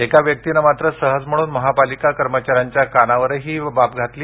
एका व्यक्तीनं मात्र सहज म्हणून महापालिका कर्मचाऱ्यांच्या कानावरही बाब घातली